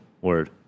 word